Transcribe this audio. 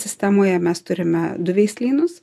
sistemoje mes turime du veislynus